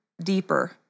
deeper